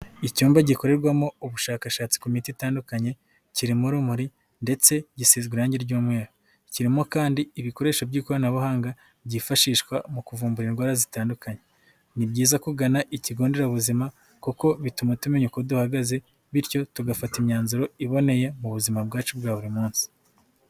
Icyumba gikorerwamo ubushakashatsi ku miti itandukanye, kirimo urumuri ndetse gisizwe irangi ry'umweru, kirimo kandi ibikoresho by'ikoranabuhanga byifashishwa mu kuvumbura indwara zitandukanye, ni byiza kugana ikigo nderabuzima kuko bituma tumenya uko duhagaze, bityo tugafata imyanzuro iboneye mu buzima bwacu bwa buri munsi.